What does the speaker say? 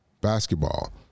basketball